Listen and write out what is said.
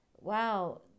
wow